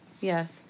Yes